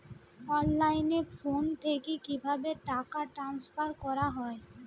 অনলাইনে ফোন থেকে কিভাবে টাকা ট্রান্সফার করা হয়?